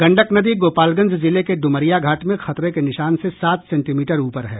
गंडक नदी गोपालगंज जिले के ड्रमरिया घाट में खतरे के निशान से सात सेंटीमीटर ऊपर है